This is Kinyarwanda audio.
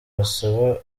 basaba